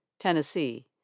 Tennessee